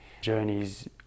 journeys